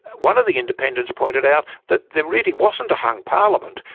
one of the independents pointed out that there really wasn't a hung parliament,